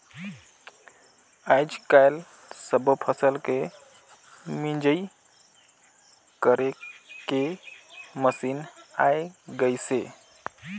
आयज कायल सब्बो फसल के मिंजई करे के मसीन आये गइसे